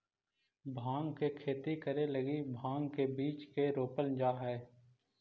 भाँग के खेती करे लगी भाँग के बीज के रोपल जा हई